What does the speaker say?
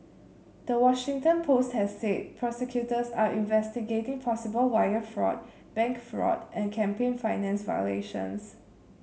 the Washington Post has said prosecutors are investigating possible wire fraud bank fraud and campaign finance violations